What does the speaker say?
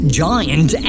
giant